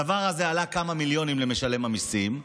הדבר הזה עלה כמה מיליונים למשלם המיסים,